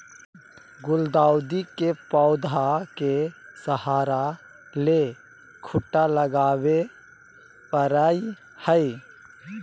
गुलदाऊदी के पौधा के सहारा ले खूंटा लगावे परई हई